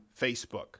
Facebook